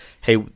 hey